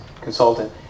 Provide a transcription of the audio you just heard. consultant